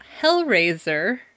Hellraiser